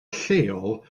lleol